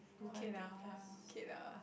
okay lah okay lah